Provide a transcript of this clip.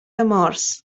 مارس